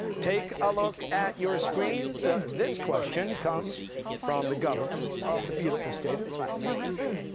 take a look at your screens, this question comes from the governor of the beautiful state of new hampshire.